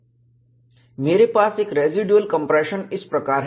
मेरे पास एक रेसीड्यूल कंप्रेशन इस प्रकार है